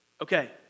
Okay